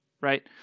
right